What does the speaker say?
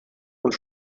und